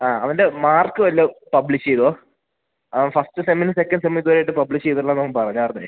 ആ അവൻ്റെ മാർക്ക് വല്ലതും പബ്ലിഷ് ചെയ്തോ അവൻ ഫസ്റ്റ് സെമ്മിന് സെക്കൻ സെമ്മിത് വരെയായിട്ട് പബ്ലിഷ് ചെയ്തില്ലാന്ന് അവൻ പറഞ്ഞായിരുന്നു